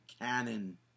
Cannon